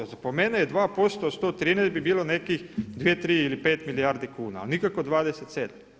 Po meni je 2% od 113 bi bilo nekih 2, 3 ili 5 milijardi kuna ali nikako 27.